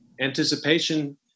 Anticipation